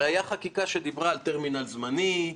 הרי הייתה חקיקה שדיברה על טרמינל זמני,